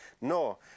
No